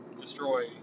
destroy